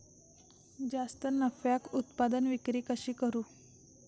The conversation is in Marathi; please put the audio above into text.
जास्त नफ्याक उत्पादन विक्री कशी करू?